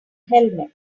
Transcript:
helmet